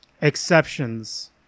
exceptions